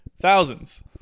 thousands